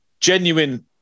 genuine